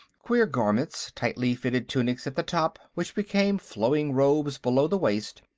queer garments, tightly fitted tunics at the top which became flowing robes below the waist,